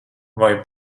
vai